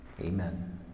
Amen